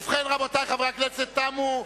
ובכן, רבותי חברי הכנסת, תמו,